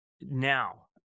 Now